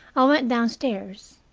i went downstairs.